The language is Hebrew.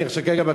אני עכשיו בכנסת,